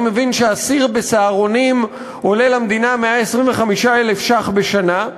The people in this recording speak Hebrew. אני מבין שאסיר ב"סהרונים" עולה למדינה 125,000 ש"ח בשנה,